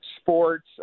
sports